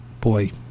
boy